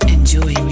Enjoy